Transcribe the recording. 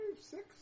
six